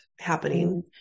happening